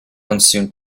monsoon